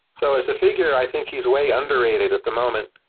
so as a figure, i think he's way underrated at the moment.